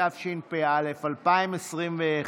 התשפ"א 2021,